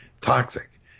toxic